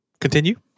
continue